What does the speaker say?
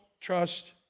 trust